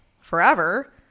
forever